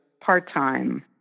part-time